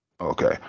Okay